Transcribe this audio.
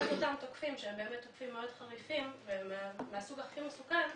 אז אותם תוקפים שבאמת תוקפים מאוד חריפים מהסוג הכי מסוכן,